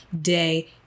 day